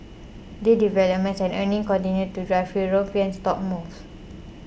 deal developments and earnings continued to drive European stock moves